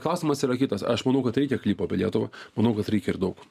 klausimas yra kitas aš manau kad reikia klipo apie lietuvą manau kad reikia ir daug